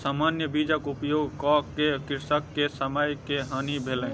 सामान्य बीजक उपयोग कअ के कृषक के समय के हानि भेलैन